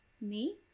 Me